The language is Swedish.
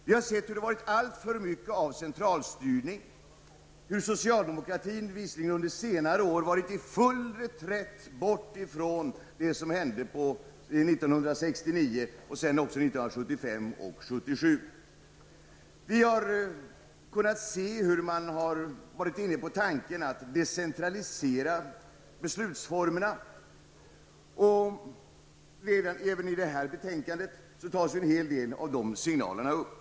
Vi har sett att det har varit alltför mycket av centralstyrning trots att socialdemokratin visserligen under senare år har varit i full reträtt bort ifrån det som hände 1969 och också 1975 och 1977. Vi har kunnat märka att man har varit inne på tanken att decentralisera beslutsformerna. Även i detta betänkande tas en hel del av detta upp.